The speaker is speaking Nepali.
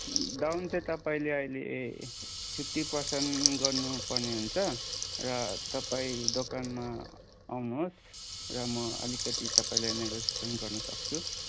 डाउन चाहिँ तपाईँले अहिले फिफ्टी पर्सेन्ट गर्नुपर्ने हुन्छ र तपाईँ दोकानमा आउनुहोस् र म अलिकति तपाईँलाई नेगोसिएसन गर्नसक्छु